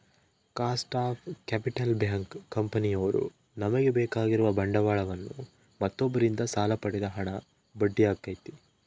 cost of capital bank, ಕಂಪನಿಯವ್ರು ತಮಗೆ ಬೇಕಾಗಿರುವ ಬಂಡವಾಳವನ್ನು ಮತ್ತೊಬ್ಬರಿಂದ ಸಾಲ ಪಡೆದ ಹಣ ಬಡ್ಡಿ ಆಗೈತೆ